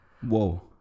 Whoa